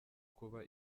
kuba